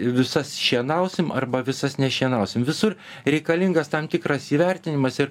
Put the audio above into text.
visas šienausim arba visas nešienausim visur reikalingas tam tikras įvertinimas ir